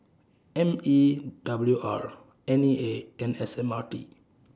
M E W R NE A and S M R T